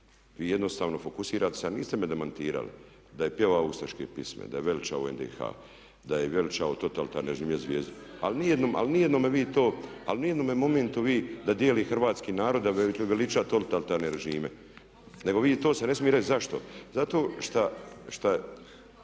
Vi jednostavno fokusirate se, a niste me demantirali da je pjevao ustaške pisme, da je veličao NDH, da je veličao totalitarne režime, zvijezdu. Ali ni jednom, ali ni u jednome vi to, ali ni u jednome momentu vi da dijeli hrvatski narod, da veliča totalitarne režime nego vi to, to se ne smije reći zašto. Zato šta